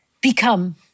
become